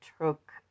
took